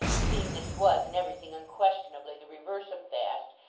seeing that he was in everything unquestionably the reverse of fast,